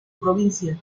provincia